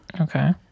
Okay